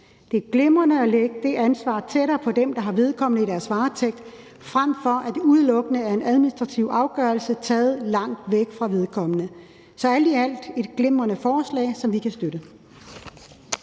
Det er glimrende at lægge det ansvar tættere på dem, der har vedkommende i deres varetægt, frem for at det udelukkende er en administrativ afgørelse taget langt væk fra vedkommende. Så det er alt i alt et glimrende forslag, som vi kan støtte.